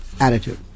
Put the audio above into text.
attitude